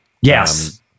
yes